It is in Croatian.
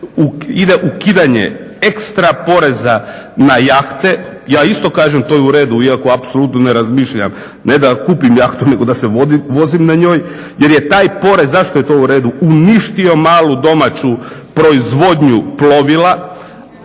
ide ukidanje ekstra poreza na jahte, ja isto kažem to je u redu iako apsolutno ne razmišljam ne da kupim jahtu nego da se vozim na njoj jer je taj porez, zašto je to u redu, uništio malu domaću proizvodnju plovila